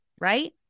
right